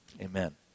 amen